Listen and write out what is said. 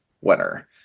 winner